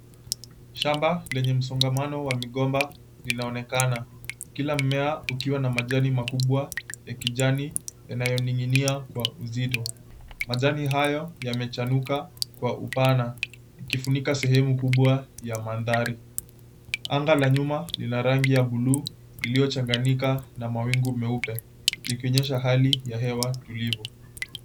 Shamba lenye msongamano wa migomba linaonekana, kila mmea ukiwa na majani makubwa ya kijani yanayoning’inia kwa uzito. Majani haya yamechanuka kwa upana, yakifunika sehemu kubwa ya mandhari. Anga la nyuma lina rangi ya buluu iliyochanganyika na mawingu meupe, likionyesha hali ya hewa tulivu.